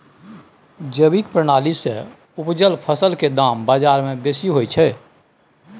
जैविक प्रणाली से उपजल फसल के दाम बाजार में बेसी होयत छै?